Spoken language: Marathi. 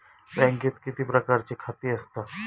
बँकेत किती प्रकारची खाती आसतात?